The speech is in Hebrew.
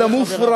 אלא הוא מופרש,